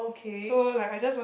so like I just want